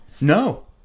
No